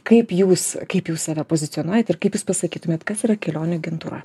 kaip jūs kaip jūs save pozicionuojat ir kaip jūs pasakytumėt kas yra kelionių agentūra